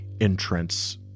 entrance